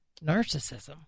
narcissism